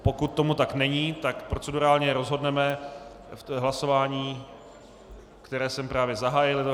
Pokud tomu tak není, procedurální rozhodneme v hlasování, které jsem právě zahájil.